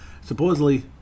Supposedly